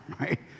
right